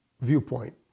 viewpoint